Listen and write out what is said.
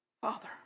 Father